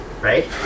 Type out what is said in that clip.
right